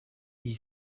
iyi